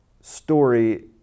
story